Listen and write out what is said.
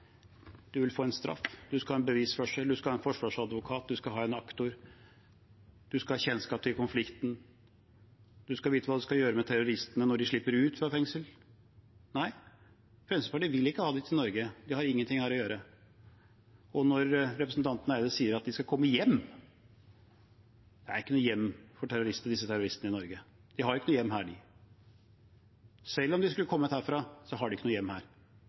en straff, man skal ha en bevisførsel, man skal ha en forsvarsadvokat, man skal ha en aktor, man skal ha kjennskap til konflikten, man skal vite hva man skal gjøre med terroristene når de slipper ut av fengsel. Nei, Fremskrittspartiet vil ikke ha dem til Norge. De har ingenting her å gjøre. Når representanten Eide sier at de skal komme hjem – det er ikke noe hjem for disse terroristene i Norge. De har ikke noe hjem her. Selv om de skulle komme herfra, har de ikke noe hjem her.